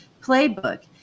playbook